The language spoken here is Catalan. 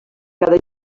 cada